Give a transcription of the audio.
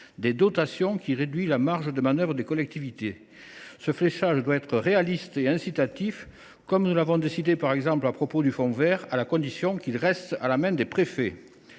des dotations, qui réduit les marges de manœuvre des collectivités. Ce fléchage doit être réaliste et incitatif, comme nous l’avons décidé, par exemple, à propos du fonds vert, à la condition qu’il reste à la main des préfets.